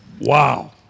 Wow